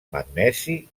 magnesi